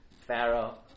Pharaoh